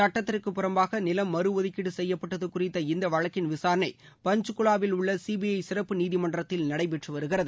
சட்டத்திற்கு புறம்பாக நிலம் மறு ஒதுக்கீடு செய்யப்பட்டது குறித்த இந்த வழக்கின் விசாரணை பஞ்ச்குவாவில் உள்ள சிபிஐ சிறப்பு நீதிமன்றத்தில் நடைபெற்று வருகிறது